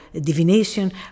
divination